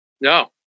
No